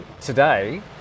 today